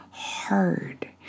Hard